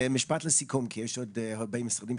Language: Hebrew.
משפט לסיכום, כי יש עוד הרבה משרדים שמחכים לדבר.